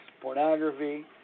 pornography